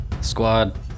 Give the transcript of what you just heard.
Squad